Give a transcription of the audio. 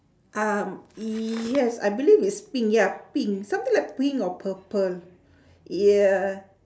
um yes I believe it's pink ya pink something like pink or purple yeah